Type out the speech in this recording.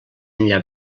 enllà